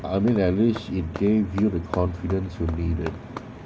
I mean at least it gave you the confidence you needed